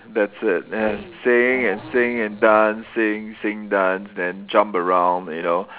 that's it man singing and singing and dancing sing dance then jump around you know